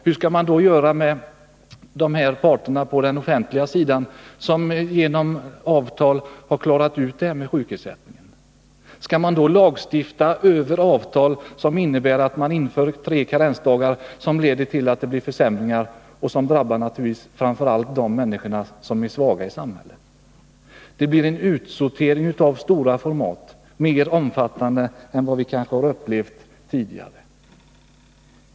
Hur skall man då göra med parterna på den offentliga sidan, som redan genom avtal har klarat ut frågan om sjukersättningar. Kan man lagstifta över avtal och införa tre karensdagar — vilket alltså leder till försämringar, som naturligtvis framför allt drabbar de svaga människorna i samhället? Det blir en utsortering av stort format, mer omfattande än vi kanske har upplevt tidigare.